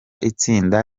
itsinda